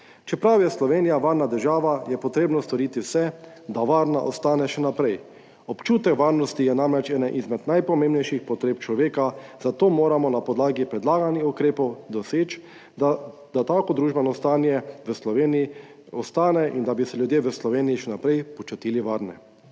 Čeprav je Slovenija varna država, je treba storiti vse, da varna ostane še naprej. Občutek varnosti je namreč ena izmed najpomembnejših potreb človeka, zato moramo na podlagi predlaganih ukrepov doseči, da tako družbeno stanje v Sloveniji ostane in da bi se ljudje v Sloveniji še naprej počutili varne.